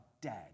dead